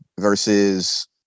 versus